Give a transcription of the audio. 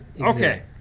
Okay